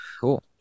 cool